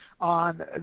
on